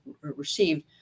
received